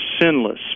sinless